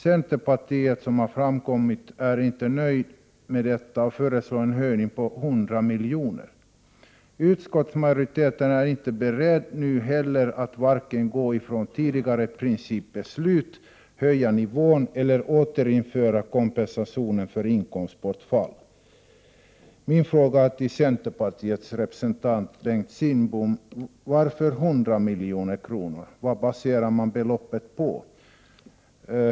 Centerpartiet är inte nöjt med detta och föreslår en höjning om 100 milj.kr. Utskottsmajoriteten är inte heller nu beredd att vare sig frångå tidigare principbeslut, höja nivån eller återinföra kompensationen för inkomstbortfall. Min fråga till centerpartiets Bengt Kindbom är: Varför 100 milj.kr. Vad baserar ni beloppet på?